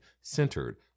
centered